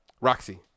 Roxy